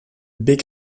big